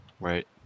right